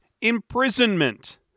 imprisonment